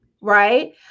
right